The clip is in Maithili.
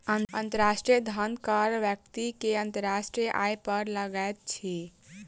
अंतर्राष्ट्रीय धन कर व्यक्ति के अंतर्राष्ट्रीय आय पर लगैत अछि